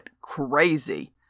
crazy